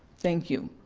thank you.